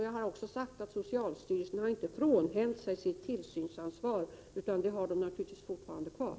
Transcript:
Jag har också framhållit att socialstyrelsen inte har frånhänt sig sitt tillsynsansvar — detta har man naturligtvis kvar.